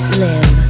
Slim